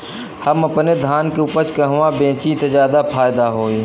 हम अपने धान के उपज कहवा बेंचि त ज्यादा फैदा होई?